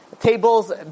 tables